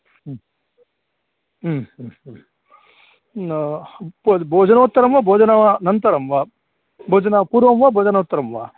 हम् म् म् म् भोजनोत्तरं वा भोजनानन्तरं वा भिजनात् पूर्वं वा भोजनोत्तरं वा